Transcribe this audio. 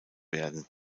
werden